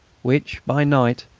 which, by night,